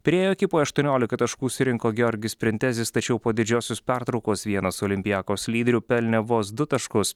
pirėjo ekipoje aštuoniolika taškų surinko georgijus printezis tačiau po didžiosios pertraukos vienas olympiakos lyderių pelnė vos du taškus